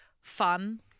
fun